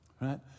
right